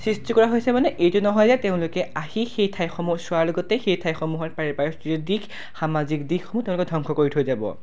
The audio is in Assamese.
সৃষ্টি কৰা হৈছে মানে এইটো নহয় যে তেওঁলোকে আহি সেই ঠাইসমূহ চোৱাৰ লগতে সেই ঠাইসমূহৰ পাৰিপাৰ্শ্বিক দিশ সামাজিক দিশসমূহ তেওঁলোকে ধ্বংস কৰি থৈ যাব